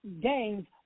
Games